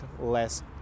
less